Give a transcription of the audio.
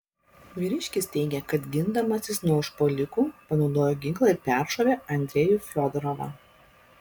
vyriškis teigė kad gindamasis nuo užpuolikų panaudojo ginklą ir peršovė andrejų fiodorovą